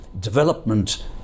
development